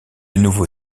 nouveau